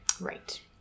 Right